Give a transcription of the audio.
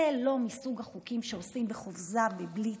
זה לא מסוג החוקים שעושים בחופזה, בבליץ,